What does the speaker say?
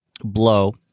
blow